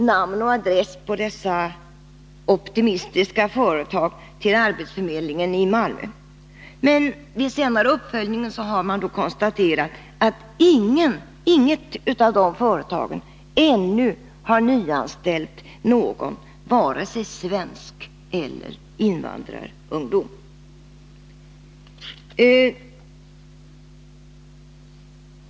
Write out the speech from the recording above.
Namn och adress på dessa optimistiska företag lämnades till arbetsförmedlingen i Malmö, men vid senare uppföljning har det konstaterats att inget av de företagen ännu har nyanställt några ungdomar, varken svenska eller invandrare.